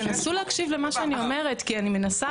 תנסו להקשיב למה שאני אומרת כי אני מנסה